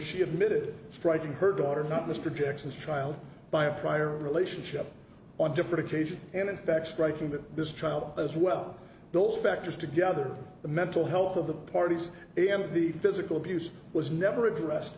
she admitted striking her daughter not mr jackson's trial by a prior relationship on different occasions and in fact striking that this child as well those factors together the mental health of the parties in the physical abuse was never addressed